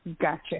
gotcha